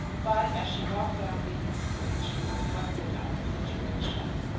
but as she walked down beacon street she reflected on the situation.